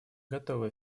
готовы